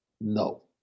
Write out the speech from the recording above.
No